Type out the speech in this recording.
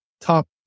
top